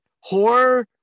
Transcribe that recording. horror